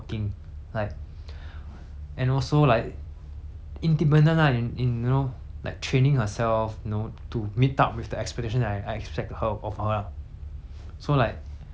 independent lah in in you know like training herself you know to meet up with the expectation that I I expect her of her lah so like I want I will look for a person that has like